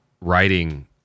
writing